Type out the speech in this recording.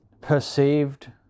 perceived